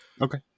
Okay